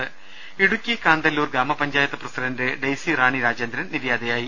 ദേദ ഇടുക്കി കാന്തല്ലൂർ ഗ്രാമപഞ്ചായത്ത് പ്രസിഡന്റ് ഡെയ്സിറാണി രാജേന്ദ്രൻ നിര്യാതയായി